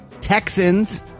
Texans